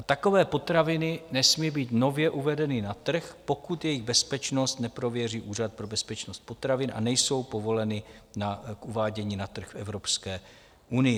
Takové potraviny nesmí být nově uvedeny na trh, pokud jejich bezpečnost neprověří Úřad pro bezpečnost potravin a nejsou povoleny k uvádění na trh Evropské unie.